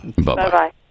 Bye-bye